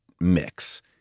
mix